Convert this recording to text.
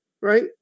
right